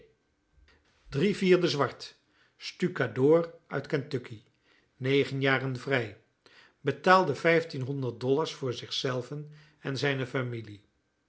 drie vierde zwart stukadoor uit kentucky negen jaren vrij betaalde vijftienhonderd dollars voor zich zelven en zijne familie